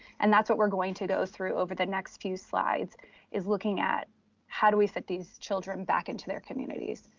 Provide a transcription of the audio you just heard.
and that's what we're going to go through over the next few slides is looking at how do we fit these children back into their communities?